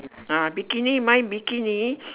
ah bikini mine bikini